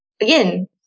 again